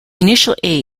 initial